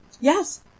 Yes